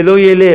זה לא ילך.